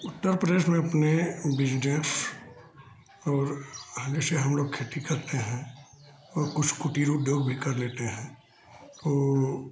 उत्तर प्रदेश में अपने बिजनेस और हाँ जैसे हम लोग खेती करते हैं और कुछ कुटीर उद्योग भी कर लेते हैं तो